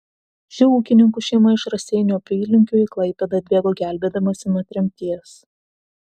ši ūkininkų šeima iš raseinių apylinkių į klaipėdą atbėgo gelbėdamasi nuo tremties